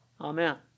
Amen